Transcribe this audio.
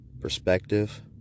perspective